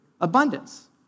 abundance